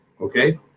okay